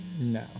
No